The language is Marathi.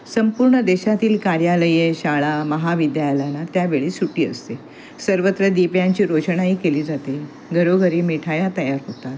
संपूर्ण देशातील कार्यालये शाळा महाविद्यालयाना त्यावेळी सुट्टी असते सर्वत्र दिव्यांची रोषणाई केली जाते घरोघरी मिठाया तयार होतात